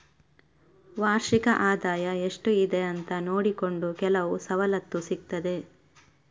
ವಾರ್ಷಿಕ ಆದಾಯ ಎಷ್ಟು ಇದೆ ಅಂತ ನೋಡಿಕೊಂಡು ಕೆಲವು ಸವಲತ್ತು ಸಿಗ್ತದೆ